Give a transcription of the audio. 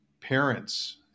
parents